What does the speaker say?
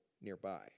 nearby